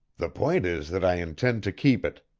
the point is that i intend to keep it.